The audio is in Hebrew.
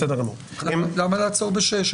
למה לעצור ב-18:00?